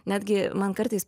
netgi man kartais